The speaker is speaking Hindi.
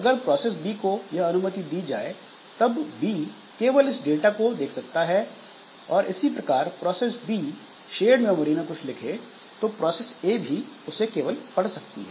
अगर प्रोसेस B को यह अनुमति दी जाए तब B केवल इस डाटा को देख सकता है और इसी प्रकार प्रोसेस B शेयर्ड मेमोरी में कुछ लिखे तो प्रोसेस ए भी उसे केवल पढ़ सकती है